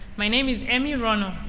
my name is amy ronald,